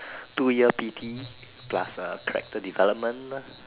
two year P_T plus uh character development